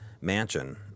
mansion